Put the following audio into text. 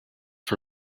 for